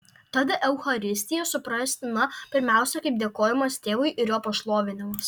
tad eucharistija suprastina pirmiausia kaip dėkojimas tėvui ir jo pašlovinimas